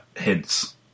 hints